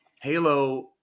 Halo